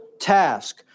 task